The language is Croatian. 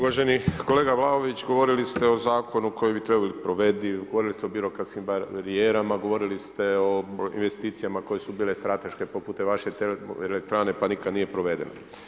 Uvaženi kolega Vlaović, govorili ste o zakonu koji bi trebao biti provediv, govorili ste o birokratskim barijerama, govorili ste o investicijama koje su bile strateške poput te vaše termoelektrane, pa nikad nije provedeno.